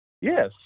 Yes